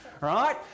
right